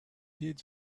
did